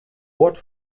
ort